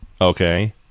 Okay